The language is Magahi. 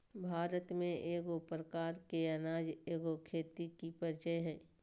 भारत में एगो प्रकार के अनाज एगो खेती के परीचय हइ